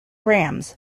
rams